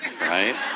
right